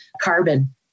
carbon